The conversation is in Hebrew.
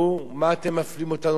מה אתם מפלים אותנו לרעה,